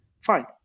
Fine